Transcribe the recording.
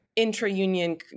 intra-union